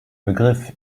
begriff